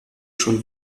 schon